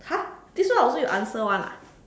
!huh! this one also your answer [one] ah